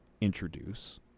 introduce